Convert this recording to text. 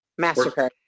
MasterCard